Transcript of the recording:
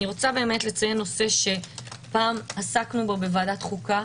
אני רוצה לציין נושא שפעם עסקנו בו בוועדת החוקה,